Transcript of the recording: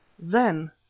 then,